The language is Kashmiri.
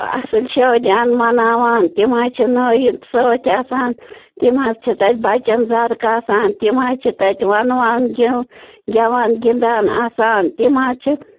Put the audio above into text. اصٕل شٲدِیان مناوان تِم حظ چھِ نٲیِد سۭتۍ آسان تِم حظ چھِ تَتہِ بَچَن زَرٕ کاسان تِم حظ چھِ تَتہِ وَنٛوان گیٚو گیٚوان گِنٛدان آسان تِم حظ چھِ